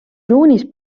juunis